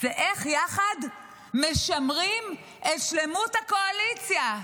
זה איך יחד משמרים את שלמות הקואליציה.